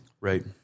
Right